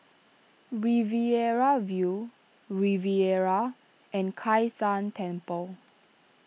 Riverina View Riviera and Kai San Temple